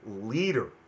leader